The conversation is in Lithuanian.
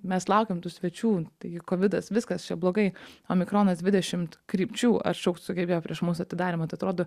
mes laukiam tų svečių taigi kovidas viskas čia blogai omikronas dvidešimt krypčių atšaukt sugebėjo prieš mūsų atidarymą tai atrodo